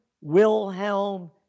Wilhelm